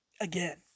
Again